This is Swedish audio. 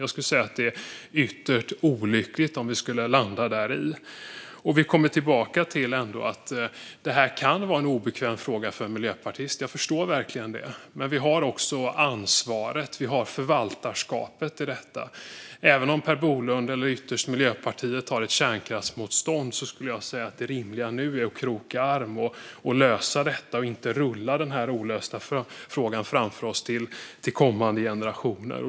Jag skulle säga att det vore ytterst olyckligt om vi skulle landa däri. Detta kan, än en gång, vara en obekväm fråga för en miljöpartist; jag förstår verkligen det. Men vi har också ansvaret och förvaltarskapet i detta. Även om Per Bolund, eller ytterst Miljöpartiet, har ett kärnkraftsmotstånd skulle jag säga att det rimliga nu är att kroka arm och lösa detta och att inte rulla denna olösta fråga framför oss till kommande generationer.